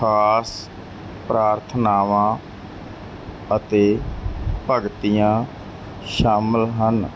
ਖਾਸ ਪ੍ਰਾਰਥਨਾਵਾਂ ਅਤੇ ਭਗਤੀਆਂ ਸ਼ਾਮਲ ਹਨ